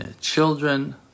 children